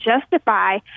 justify